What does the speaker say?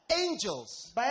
angels